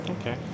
Okay